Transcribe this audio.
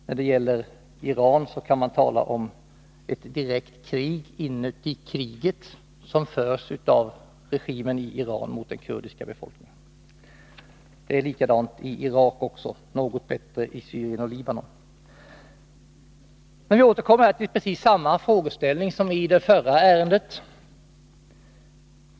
När det gäller Iran kan man tala om ett krig inuti kriget, som förs av regimen i Iran mot den kurdiska befolkningen. Det är likadant i Irak; något bättre i Syrien och Libanon. Vi återkommer här till precis samma frågeställning som i det förra ärendet.